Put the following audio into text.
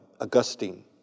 Augustine